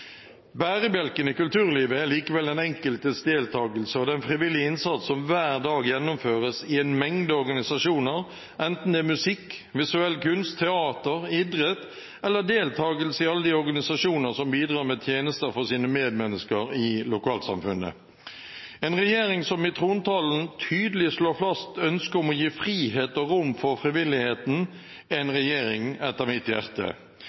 Bærebjelken i kulturlivet er likevel den enkeltes deltagelse og den frivillige innsats som hver dag gjennomføres i en mengde organisasjoner, enten det er musikk, visuell kunst, teater, idrett eller deltagelse i alle de organisasjoner som bidrar med tjenester for sine medmennesker i lokalsamfunnet. En regjering som i trontalen tydelig slår fast ønsket om å gi frihet og rom for frivilligheten, er en regjering etter mitt hjerte!